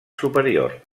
superior